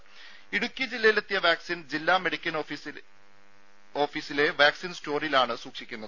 ദേദ ഇടുക്കി ജില്ലയിലെത്തിച്ച വാക്സിൻ ജില്ലാ മെഡിക്കൽ ഓഫീസിലെ വാക്സിൻ സ്റ്റോറിലാണ് സൂക്ഷിക്കുന്നത്